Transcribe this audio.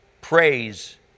praise